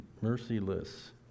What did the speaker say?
Merciless